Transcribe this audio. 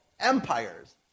empires